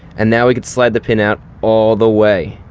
and now, we can slide the pin out all the way.